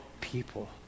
people